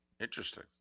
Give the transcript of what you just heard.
Interesting